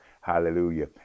hallelujah